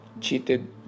cheated